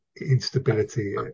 instability